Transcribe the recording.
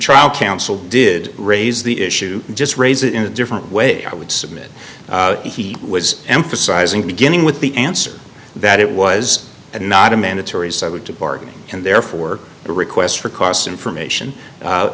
trial counsel did raise the issue just raise it in a different way i would submit he was emphasizing beginning with the answer that it was a not a mandatory so i would to bargain and therefore the request for costs information